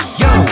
yo